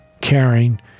caring